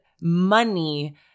money